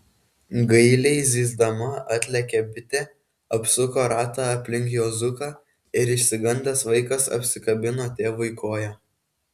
gailiai zyzdama atlėkė bitė apsuko ratą aplink juozuką ir išsigandęs vaikas apsikabino tėvui koją